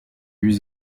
eus